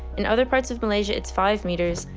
in other parts of malaysia it's five meters,